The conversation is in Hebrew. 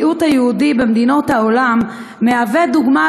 המיעוט היהודי במדינות העולם מהווה דוגמה